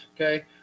Okay